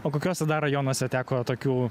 o kokiuose dar rajonuose teko tokių